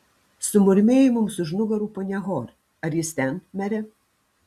sumurmėjo mums už nugarų ponia hor ar jis ten mere